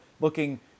looking